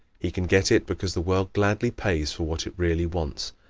he can get it because the world gladly pays for what it really wants,